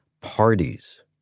parties